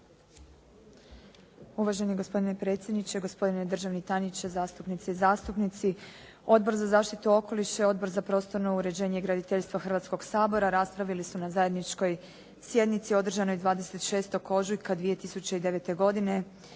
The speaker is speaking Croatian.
Uvaženi gospodine predsjedniče, gospodine državni tajniče, zastupnice i zastupnici. Odbor za zaštitu okoliša i Odbor za prostorno uređenje i graditeljstvo Hrvatskog sabora raspravili su na zajedničkoj sjednici održanoj 26. ožujka 2009. godine